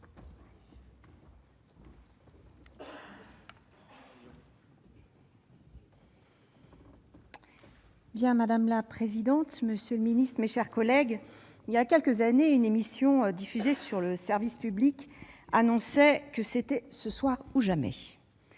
Madame la présidente, monsieur le ministre, mes chers collègues, voilà quelques années, une émission diffusée par le service public annonçait que c'était « Ce soir ou jamais